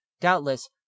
Doubtless